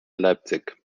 leipzig